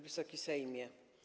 Wysoki Sejmie!